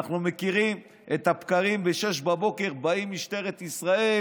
אנחנו מכירים את הבקרים: ב-06:00 באים משטרת ישראל